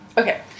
Okay